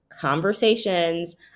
conversations